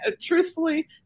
truthfully